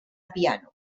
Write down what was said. piano